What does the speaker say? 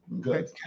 good